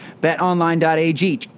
Betonline.ag